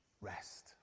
rest